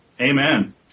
Amen